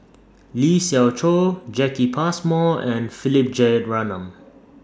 Lee Siew Choh Jacki Passmore and Philip Jeyaretnam